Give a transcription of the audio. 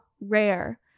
rare